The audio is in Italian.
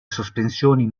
sospensioni